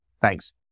Thanks